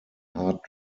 hart